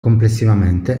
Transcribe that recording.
complessivamente